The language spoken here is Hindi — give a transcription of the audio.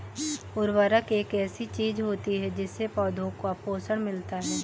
उर्वरक एक ऐसी चीज होती है जिससे पौधों को पोषण मिलता है